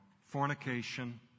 Fornication